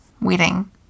wedding